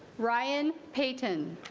ryan peyton